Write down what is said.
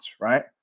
right